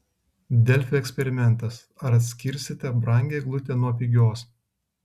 delfi eksperimentas ar atskirsite brangią eglutę nuo pigios